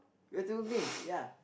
we have to win ya